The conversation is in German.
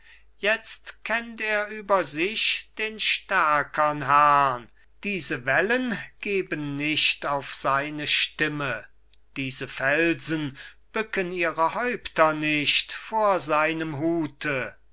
jetzt kennt er über sich den stärkern herrn diese wellen geben nicht auf seine stimme diese felsen bücken ihre häupter nicht vor seinem hute